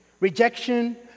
rejection